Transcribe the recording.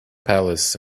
palace